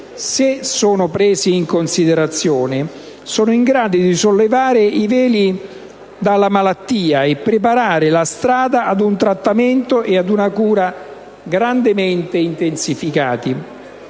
se presi in considerazione, sono in grado di sollevare i veli dalla malattia e preparare la strada ad un trattamento e ad una cura grandemente intensificati.